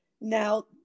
Now